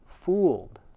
fooled